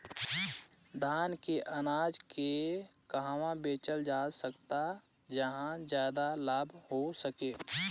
धान के अनाज के कहवा बेचल जा सकता जहाँ ज्यादा लाभ हो सके?